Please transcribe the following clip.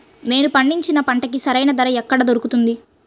నేను పండించిన పంటకి సరైన ధర ఎక్కడ దొరుకుతుంది?